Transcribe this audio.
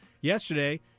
yesterday